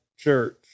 church